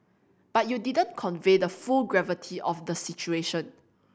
but you didn't convey the full gravity of the situation